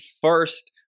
first